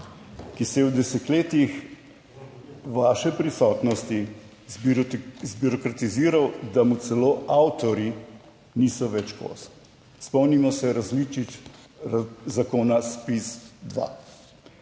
ki se je v desetletjih vaše prisotnosti zbirokratiziral, da mu celo avtorji niso več kos. Spomnimo se različic zakona ZPIZ2,